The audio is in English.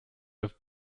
have